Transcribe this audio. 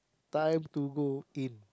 time to go in